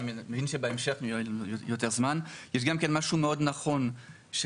הרעיון הכללי של איחוד היתרים וצמצום רגולציה הוא נכון,